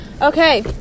Okay